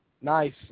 Nice